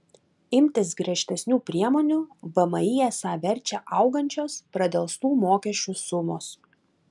imtis griežtesnių priemonių vmi esą verčia augančios pradelstų mokesčių sumos